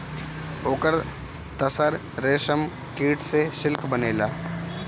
ओकर तसर रेशमकीट से सिल्क बनेला